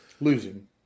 losing